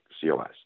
COS